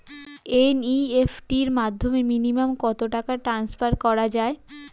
NEFT র মাধ্যমে minimum কত টাকা টান্সফার করা যায়?